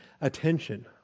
attention